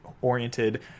oriented